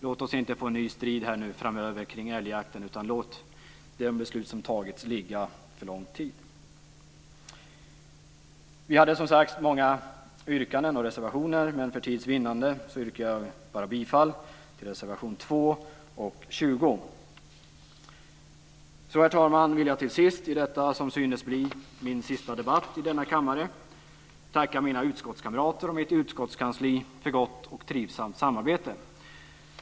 Låt oss inte få en ny strid framöver omkring älgjakten. Låt det beslut som fattats ligga fast för lång tid. Vi hade som sagt många yrkanden och reservationer, men för tids vinnande yrkar jag bifall bara till reservationerna 2 och 20. Så vill jag, herr talman, till sist i detta som synes bli min sista debatt i denna kammare tacka mina utskottskamrater och mitt utskottskansli för gott och trivsamt samarbete.